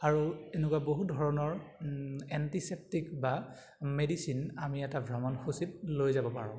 আৰু এনেকুৱা বহু ধৰণৰ এণ্টিচেপ্টিক বা মেডিচিন আমি এটা ভ্ৰমণ সূচিত লৈ যাব পাৰোঁ